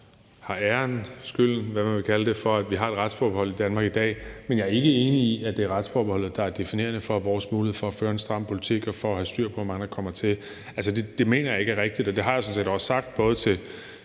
har æren eller skylden – hvad man nu vil kalde det – for, at vi har et retsforbehold i Danmark i dag. Men jeg er ikke enig i, at det er retsforbeholdet, der er definerende for vores mulighed for at føre en stram politik og for at have styr på, hvor mange der kommer hertil. Altså, det mener jeg ikke er rigtigt, og det har jeg sådan set også sagt, både til